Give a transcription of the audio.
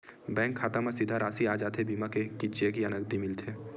Bank खाता मा सीधा राशि आ जाथे बीमा के कि चेक या नकदी मिलथे?